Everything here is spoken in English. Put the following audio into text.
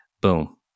boom